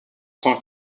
tant